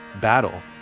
battle